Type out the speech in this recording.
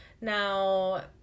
Now